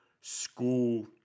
school